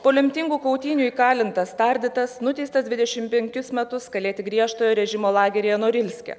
po lemtingų kautynių įkalintas tardytas nuteistas dvidešim penkius metus kalėti griežtojo režimo lageryje norilske